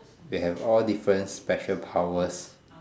they all have different special powers